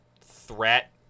threat